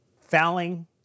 fouling